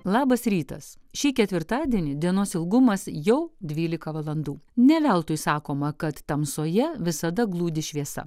labas rytas šį ketvirtadienį dienos ilgumas jau dvylika valandų ne veltui sakoma kad tamsoje visada glūdi šviesa